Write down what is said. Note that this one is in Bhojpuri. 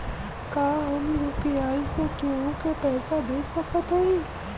का हम यू.पी.आई से केहू के पैसा भेज सकत हई?